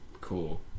Cool